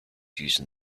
using